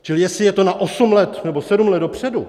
Čili jestli je to na osm let nebo sedm let dopředu...